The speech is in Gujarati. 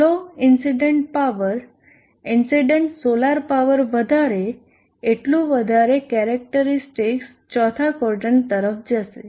જેટલો incident power incident solar power વધારે એટલું વધારે કેરેક્ટરીસ્ટિક્સ ચોથા ક્વોદરન્ટ તરફ જશે